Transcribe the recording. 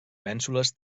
mènsules